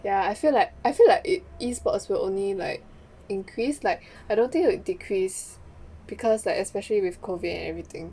ya I feel like I feel like e-sports will only like increase like I don't think it will decrease because like especially with COVID and everything